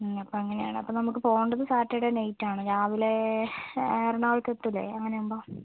മ് അപ്പം അങ്ങനെയാണ് അപ്പോൾ നമുക്ക് പോവേണ്ടത് സാറ്റർഡേ നൈറ്റ് ആണ് രാവിലെ എറണാകുളത്ത് എത്തില്ലേ അങ്ങനെ ആവുമ്പോൾ